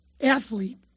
athlete